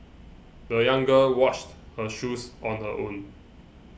the young girl washed her shoes on her own